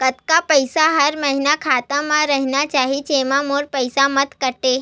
कतका पईसा हर महीना खाता मा रहिना चाही जेमा मोर पईसा मत काटे?